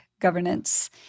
governance